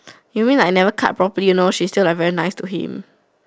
you mean like never cut properly you know like she's just very nice to him